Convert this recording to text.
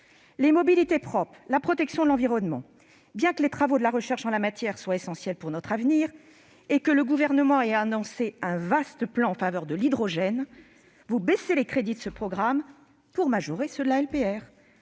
les mobilités propres et la protection de l'environnement. Bien que les travaux de recherche en la matière soient essentiels pour notre avenir, et bien que le Gouvernement ait annoncé un vaste plan en faveur de l'hydrogène, vous baissez les crédits de ce programme pour majorer ceux de la LPR.